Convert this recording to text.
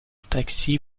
taxi